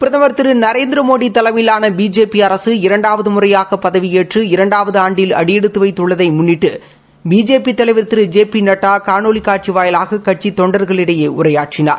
பிரதம் திரு நரேந்திரமோடி தலைமையிலான பிஜேபி அரக இரண்டாவது முறையாக பதவியேற்று இரண்டாவது ஆண்டில் அடியெடுத்து வைத்துள்ளதை முன்னிட்டு பிஜேபி தலைவர் திரு ஜே பி நட்டா காணொலி காட்சி வாயிலாக கட்சித் தொண்டர்களிடையே உரையாற்றினார்